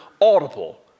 audible